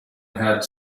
had